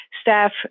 staff